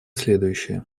следующее